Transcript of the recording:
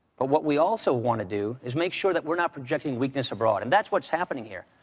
but what we also want to do is make sure that we're not projecting weakness abroad, and that's what's happening here.